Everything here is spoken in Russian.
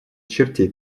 чертей